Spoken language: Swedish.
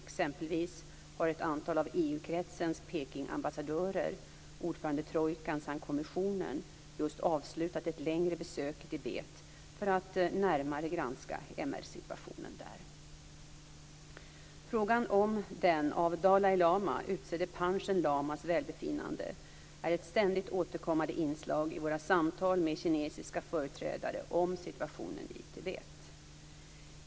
Exempelvis har ett antal av EU-kretsens Pekingambassadörer, ordförandetrojkan samt kommissionen just avslutat ett längre besök i Tibet för att närmare granska MR-situationen. Frågan om den av Dalai lama utsedda Panchen lamas välbefinnande är ett ständigt återkommande inslag i våra samtal med kinesiska företrädare om situationen i Tibet.